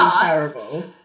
terrible